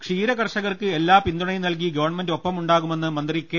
ക്ഷീര കർഷകർക്ക് എല്ലാ പിന്തുണയും നൽകി ഗവൺമെന്റ് ഒപ്പം ഉണ്ടാകുമെന്ന് മന്ത്രി കെ